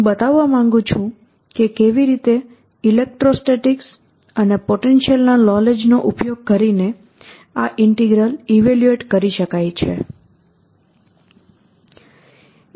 હું બતાવવા માંગું છું કે કેવી રીતે ઇલેક્ટ્રોસ્ટેટિકસ અને પોટેન્શિયલના નોલેજ નો ઉપયોગ કરીને આ ઈન્ટીગ્રલ ઈવેલ્યુએટ કરી શકાય છે